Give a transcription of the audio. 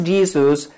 Jesus